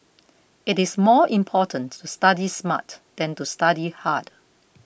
it is more important to study smart than to study hard